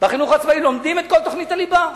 בחינוך העצמאי לומדים את כל תוכנית הליבה.